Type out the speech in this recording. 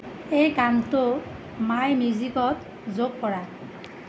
এই গানটো মাই মিউজিকত যোগ কৰা